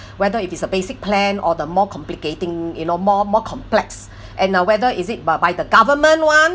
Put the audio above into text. whether if it's a basic plan or the more complicating you know more more complex and uh whether is it by by the government one